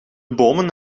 bomen